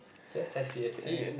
just as she has said